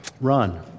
Run